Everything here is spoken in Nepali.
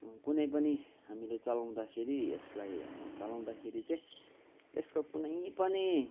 कुनै पनि हामीले चलाउँदाखेरि यसलाई चलाउँदाखेरि चाहिँ यसको कुनै पनि